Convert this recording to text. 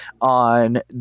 on